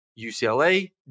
UCLA